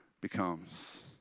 becomes